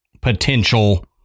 potential